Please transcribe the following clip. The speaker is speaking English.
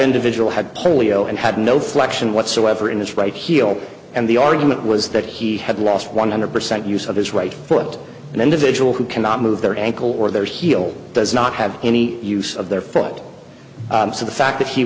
individual had polio and had no flexion whatsoever in his right heel and the argument was that he had lost one hundred percent use of his right foot an individual who cannot move their ankle or their heel does not have any use of their foot so the fact that he